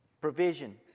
provision